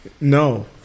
no